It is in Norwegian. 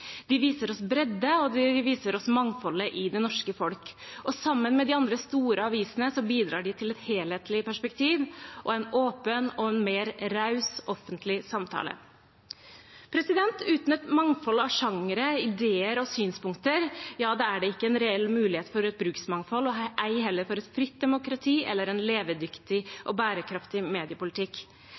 De viser oss bredde, og de viser oss mangfoldet i det norske folk. Sammen med de andre, store, avisene bidrar de til et helhetlig perspektiv og en åpen og rausere offentlig samtale. Uten et mangfold av sjangre, ideer og synspunkter er det ikke en reell mulighet for et bruksmangfold, ei heller for et fritt demokrati eller en levedyktig og bærekraftig mediepolitikk.